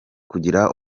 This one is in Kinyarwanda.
kugira